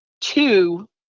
two